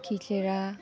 खिचेर